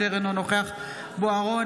אינו נוכח ינון אזולאי,